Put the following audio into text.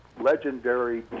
Legendary